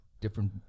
different